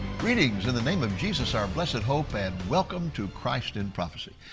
greetings in the name of jesus, our blessed hope, and welcome to christ in prophecy.